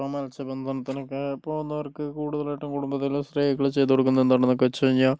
ഇപ്പോൾ മത്സ്യബന്ധനത്തിന് ഒക്കെ പോകുന്നവർക്ക് കൂടുതലായിട്ടും കുടുംബത്തിലെ സ്ത്രീകള് ചെയ്ത് കൊടുക്കുന്നത് എന്താണെന്നൊക്കെവെച്ചുകഴിഞ്ഞാൽ